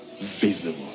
visible